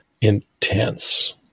intense